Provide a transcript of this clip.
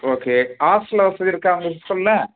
okay hostel வசதி இருக்கா உங்கள் ஸ்கூலில்